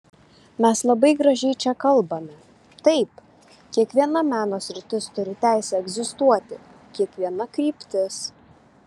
mes labai gražiai čia kalbame taip kiekviena meno sritis turi teisę egzistuoti kiekviena kryptis